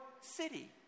City